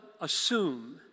assume